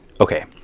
Okay